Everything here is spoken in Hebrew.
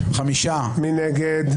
מי נגד?